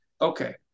Okay